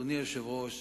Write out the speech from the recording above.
אדוני היושב-ראש,